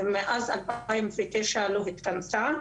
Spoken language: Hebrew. ומאז 2009 לא התכנסה.